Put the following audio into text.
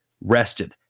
rested